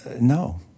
No